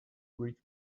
rich